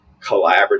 collaborative